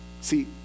See